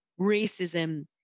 racism